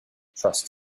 trust